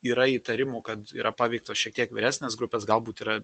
yra įtarimų kad yra paveiktos šiek tiek vyresnės grupės galbūt yra